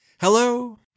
Hello